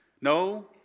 no